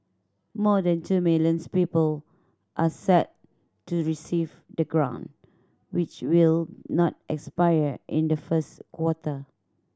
more than two millions people are set to receive the grant which will not expire in the first quarter